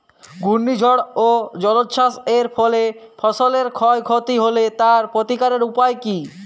ঘূর্ণিঝড় ও জলোচ্ছ্বাস এর ফলে ফসলের ক্ষয় ক্ষতি হলে তার প্রতিকারের উপায় কী?